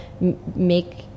make